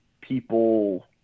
people